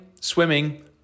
swimming